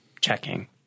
checking